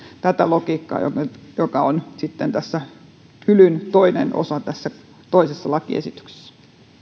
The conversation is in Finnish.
tätä logiikkaa joka joka on siis hylyn toinen osa tässä toisessa lakiesityksessä